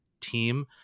team